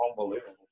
unbelievable